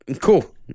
Cool